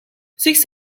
six